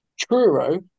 Truro